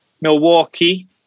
Milwaukee